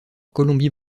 colombie